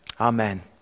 Amen